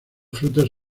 frutas